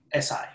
Si